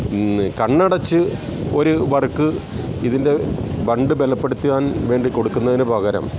കണ്ണടച്ച് ഒരു വർക്ക് ഇതിൻ്റെ ബണ്ട് ബലപ്പെടുത്താൻ വേണ്ടി കൊടുക്കുന്നതിന് പകരം